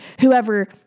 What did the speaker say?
whoever